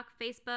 Facebook